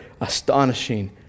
astonishing